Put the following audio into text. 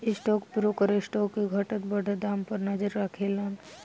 stock broker stock के घटत बढ़त दाम पर नजर राखेलन